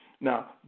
Now